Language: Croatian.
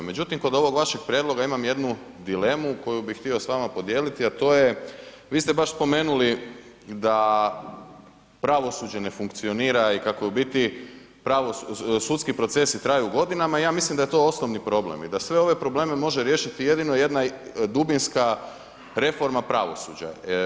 Međutim, kod ovog vašem prijedloga imam jednu dilemu koju bi htio s vama podijeliti a to je, vi ste baš spomenuli da pravosuđe ne funkcionira i kako u biti sudski procesi traju godinama, ja mislim da je to osnovni problem i da sve ove probleme može riješiti jedino jedna dubinska reforma pravosuđa.